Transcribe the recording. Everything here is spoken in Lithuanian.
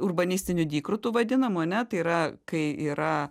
urbanistinių dykrų vadinamų ane tai yra kai yra